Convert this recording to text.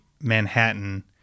Manhattan